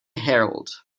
herald